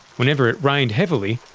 whenever it rained heavily,